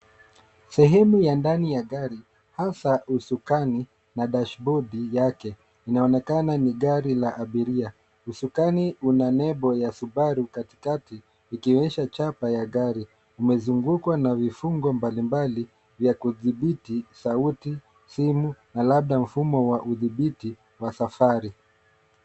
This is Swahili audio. Sehemu ya ndani ya gari hasa usukani na dashboard yake inaonekana ni gari la abiria. Usukani una nebo ya Subaru katikati ikionyesha chapa ya gari umezungukwa na vifungo mbalimbali vya kudhibiti sauti, simu na labda mfumo wa udhibiti wa safari.